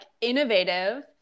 innovative